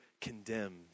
condemned